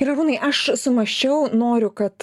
ir arūnai aš sumąsčiau noriu kad